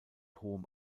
hohem